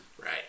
Right